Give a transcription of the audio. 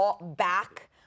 back